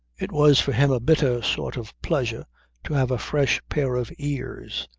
it was for him a bitter sort of pleasure to have a fresh pair of ears,